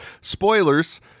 spoilers